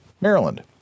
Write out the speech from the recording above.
Maryland